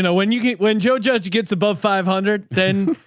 and when you, when joe judge gets above five hundred, then,